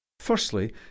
Firstly